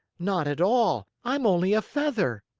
not at all. i'm only a feather.